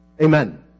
Amen